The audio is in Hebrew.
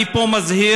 אני פה מזהיר,